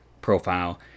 profile